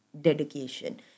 dedication